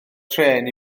trên